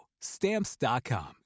Stamps.com